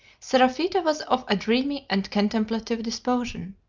seraphita was of a dreamy and contemplative disposition.